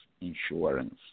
insurance